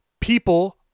people